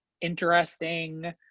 interesting